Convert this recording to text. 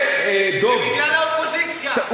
זה בגלל האופוזיציה.